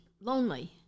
lonely